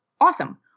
Awesome